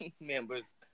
Members